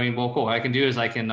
i mean we'll go i can do is i can,